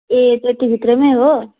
ए त्यति भित्रमै हो